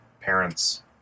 parents